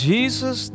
Jesus